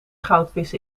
goudvissen